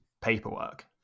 paperwork